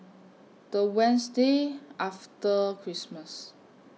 The Wednesday after Christmas